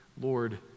Lord